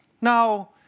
Now